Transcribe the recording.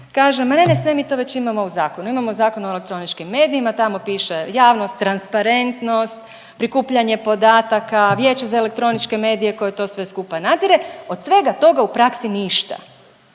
kaže ma ne, ne sve mi to već imamo u zakonu. Imamo Zakon o elektroničkim medijima tamo piše javnost, transparentnost, prikupljanje podataka, Vijeće za elektroničke medije koje to sve skupa nadzire. Od svega toga u praksi ništa.